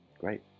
Great